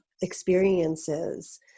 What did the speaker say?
experiences